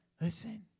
Listen